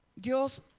Dios